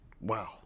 wow